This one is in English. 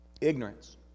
Ignorance